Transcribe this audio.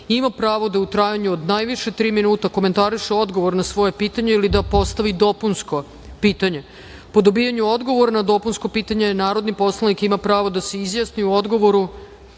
ima pravo da u trajanju od najviše tri minuta komentariše odgovor na svoje pitanje ili da postavi dopunsko pitanje. Po dobijanju odgovora na dopunsko pitanje narodni poslanik ima pravo da se izjasni odgovoru